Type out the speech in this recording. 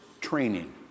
training